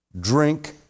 drink